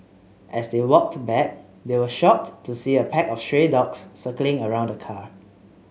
as they walked back they were shocked to see a pack of stray dogs circling around the car